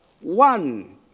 one